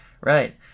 Right